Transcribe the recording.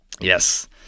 yes